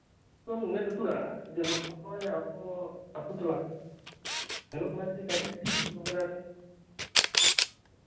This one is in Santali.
ᱟᱵᱚ ᱵᱚᱱ ᱢᱮᱫ ᱞᱩᱛᱩᱨᱚᱜᱼᱟ ᱡᱮᱱᱚ ᱚᱠᱚᱭ ᱟᱵᱚ ᱟᱛᱩ ᱴᱚᱞᱟ ᱧᱮᱞᱚᱜ ᱠᱟᱱᱟ ᱡᱮ ᱠᱟᱹᱴᱤᱡ ᱠᱟᱹᱴᱤᱡ ᱩᱢᱮᱨ ᱨᱮᱱ